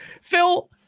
Phil